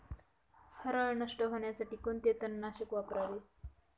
हरळ नष्ट होण्यासाठी कोणते तणनाशक वापरावे?